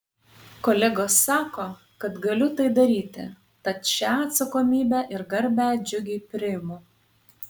kolegos sako kad galiu tai daryti tad šią atsakomybę ir garbę džiugiai priimu